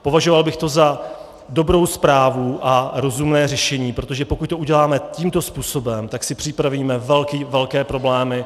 Považoval bych to za dobrou zprávu a rozumné řešení, protože pokud to uděláme tímto způsobem, tak si připravíme velké problémy.